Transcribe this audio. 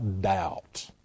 doubt